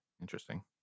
Interesting